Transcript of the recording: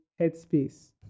headspace